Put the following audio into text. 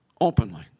openly